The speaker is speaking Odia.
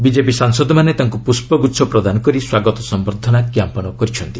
ବିଟେପି ସାଂସଦମାନେ ତାଙ୍କୁ ପୁଷ୍ପଗୁଚ୍ଛ ପ୍ରଦାନ କରି ସ୍ୱାଗତ ସମ୍ଭର୍ଦ୍ଧନା ଜ୍ଞାପନ କରିଛନ୍ତି